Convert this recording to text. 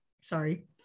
sorry